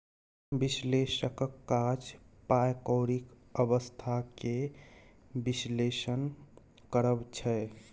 बिश्लेषकक काज पाइ कौरीक अबस्था केँ बिश्लेषण करब छै